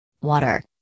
Water